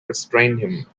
restrained